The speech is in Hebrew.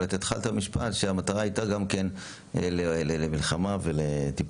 אבל אתה התחלת משפט שהמטרה הייתה גם למלחמה וטיפול